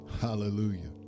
Hallelujah